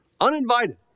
uninvited